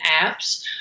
apps